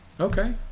Okay